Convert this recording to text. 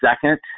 Second